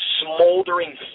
smoldering